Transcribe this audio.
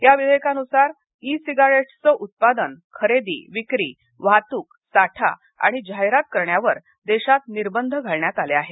या विधेयकानुसार ई सिगारेट्सचं उत्पादन खरेदी विक्री वाहतूक साठा आणि जाहिरात करण्यावर देशात निर्बंध घालण्यात आले आहेत